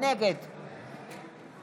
נגד